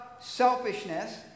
selfishness